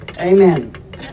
Amen